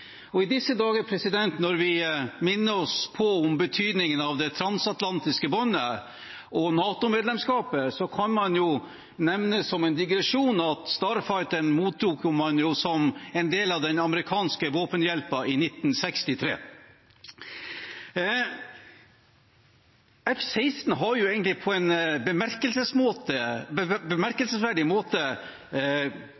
I disse dager, når vi minner oss om betydningen av det transatlantiske båndet og NATO-medlemskapet, kan man jo nevne som en digresjon at Starfighter mottok man som en del av den amerikanske våpenhjelpen i 1963. F-16 har egentlig på en